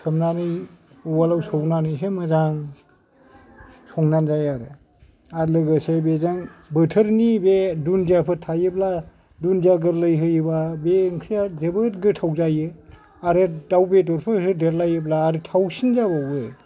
सोमनानै उवालआव सौनानैसो मोजां संनानै जायो आरो आर लोगोसे बेजों बोथोरनि बे दुन्दियाफोर थायोब्ला दुन्दिया गोरलै होयोबा बे ओंख्रिया जोबोद गोथाव जायो आरो दाव बेदरफोर होदेरलायोब्ला आर थावसिन जाबावो